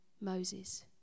Moses